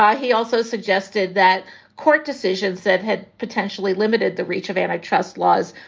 he also suggested that court decisions have had potentially limited the reach of antitrust laws,